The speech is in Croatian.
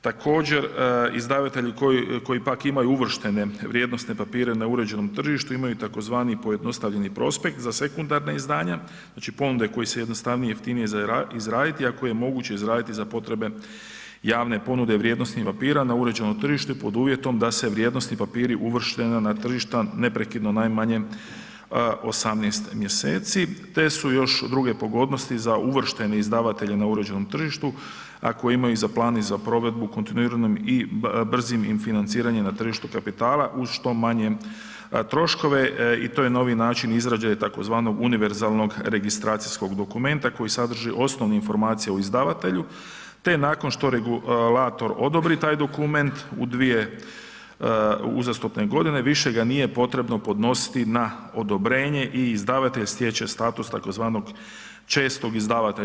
Također, izdavatelj koji pak imaju uvrštene vrijednosne papire na uređenom tržištu imaju tzv. pojednostavljeni prospekt za sekundarne izdanja, znači ponude koje se jednostavnije i jeftinije izraditi, a koje je moguće izraditi za potrebe javne ponude vrijednosnih papira na uređeno tržište pod uvjetom da se vrijednosni papiri uvršteni na tržišta neprekidno najmanje 18 mjeseci, te su još druge pogodnosti za uvrštene izdavatelje na uređenom tržištu, a koje imaju za plan i za provedbu kontinuirano i brzim financiranje na tržištu kapitala uz što manje troškove i to je novi način izrade tzv. univerzalnog registracijskog dokumenta koji sadrži osnovne informacije o izdavatelju, te nakon što regulator odobri taj dokument u dvije uzastopne godine više ga nije potrebno podnositi na odobrenje i izdavatelj stječe status tzv. čestog izdavatelja.